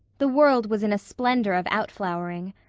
the world was in a splendor of out-flowering.